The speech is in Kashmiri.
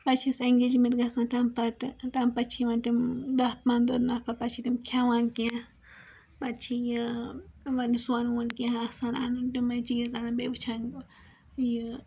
پَتہٕ چھس اِنگیجمیٚنٹ گَژھان تِم پَتہٕ تمہِ پَتہٕ چھ یِوان تِم دَہ پَنٛدَہ نَفَر پَتہٕ چھ تِم کھیٚوان کیٚنٛہہ پَتہٕ چھِ یہِ یِمن یہٕ سوٚن ووٚن کیٚنٛہہ آسان اَنُن تِمے چیز اَنان بیٚیہ وُچھان یہِ